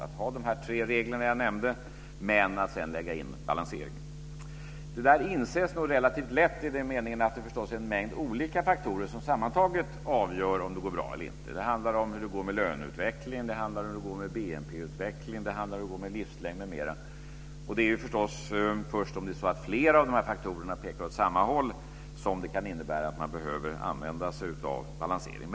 Vi har valt de tre regler jag nämnde, men vi lägger in balanseringen sedan. Det inses nog relativt lätt i den meningen att det förstås är en mängd olika faktorer som sammantaget avgör om det går bra eller inte. Det handlar om hur det går med löneutvecklingen. Det handlar om hur det går med BNP-utvecklingen. Det handlar om hur det går med livslängden, m.m. Det är förstås först om det är så att flera av dessa faktorer pekar åt samma håll som man kan behöv använda sig av balansering.